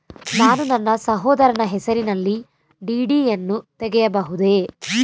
ನಾನು ನನ್ನ ಸಹೋದರನ ಹೆಸರಿನಲ್ಲಿ ಡಿ.ಡಿ ಯನ್ನು ತೆಗೆಯಬಹುದೇ?